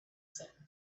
sand